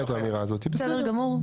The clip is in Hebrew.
בסדר גמור,